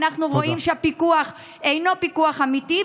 אנחנו רואים שהפיקוח אינו פיקוח אמיתי,